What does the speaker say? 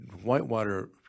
Whitewater